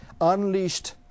unleashed